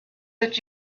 that